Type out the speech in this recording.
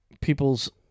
people's